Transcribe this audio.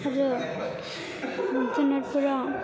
आरो जुनादफोरा